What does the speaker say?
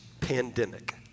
pandemic